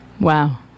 Wow